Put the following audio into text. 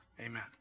Amen